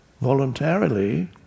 voluntarily